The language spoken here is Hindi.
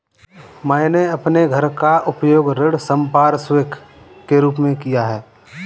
मैंने अपने घर का उपयोग ऋण संपार्श्विक के रूप में किया है